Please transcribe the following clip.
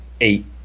eight